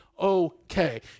okay